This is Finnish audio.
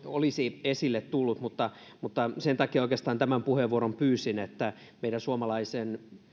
olisi esille tullut mutta mutta sen takia oikeastaan tämän puheenvuoron pyysin että meidän